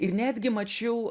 ir netgi mačiau